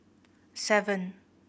seven